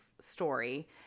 story